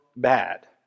bad